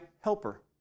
helper